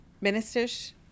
ministers